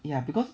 ya because